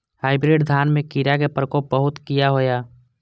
Hybrid धान में कीरा के प्रकोप बहुत किया होया?